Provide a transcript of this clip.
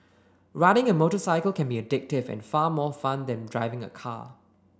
riding a motorcycle can be addictive and far more fun than driving a car